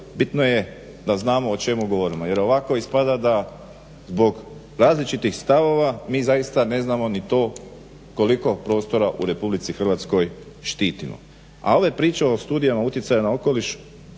bitno je da znamo o čemu govorimo jer ovako ispada da zbog različitih stavova mi zaista ne znamo ni to koliko prostora u RH štitimo. A ove priče o studijama utjecaja na okoliš